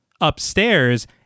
Upstairs